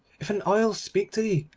if an owl speak to thee,